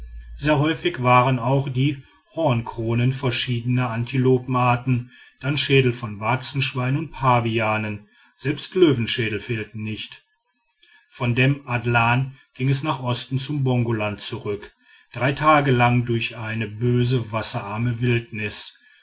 sehr häufig waren auch die hornkronen verschiedener antilopenarten dann schädel von warzenschweinen und pavianen selbst löwenschädel fehlten nicht von dem adlan ging es nach osten zum bongoland zurück drei tage lang durch eine böse wasserarme wildnis